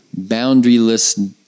boundaryless